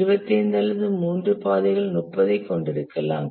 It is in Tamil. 25 அல்லது மூன்று பாதைகள் 30 ஐ கொண்டிருக்கலாம்